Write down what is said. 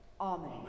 Amen